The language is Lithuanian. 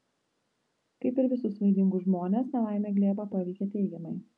kaip ir visus vaidingus žmones nelaimė glėbą paveikė teigiamai